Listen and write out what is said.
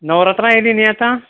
नवरात्रां आयलीं न्ही आतां